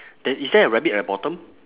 then is there a rabbit at the bottom